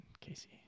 Casey